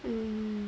mm